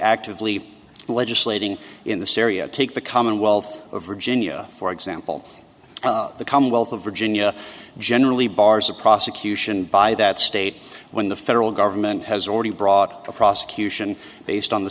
actively legislating in the syria take the commonwealth of virginia for example the commonwealth of virginia generally bars a prosecution by that state when the federal government has already brought a prosecution based on the